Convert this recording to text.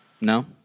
no